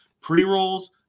pre-rolls